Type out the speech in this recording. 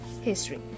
history